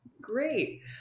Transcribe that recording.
great